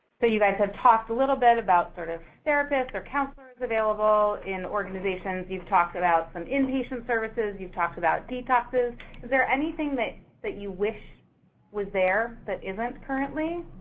so you guys have talked a little bit about sort of therapists or counselors available in organizations. you've talked about some in-patient services. you've talked about detoxes. is there anything that that you wish was there that isn't currently?